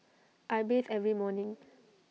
I bathe every morning